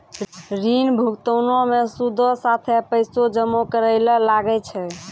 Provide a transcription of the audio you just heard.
ऋण भुगतानो मे सूदो साथे पैसो जमा करै ल लागै छै